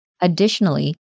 Additionally